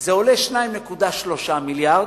זה עולה 2.3 מיליארדים,